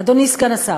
אדוני סגן השר,